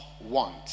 want